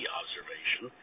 observation